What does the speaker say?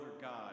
God